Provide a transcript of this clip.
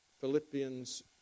Philippians